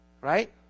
Right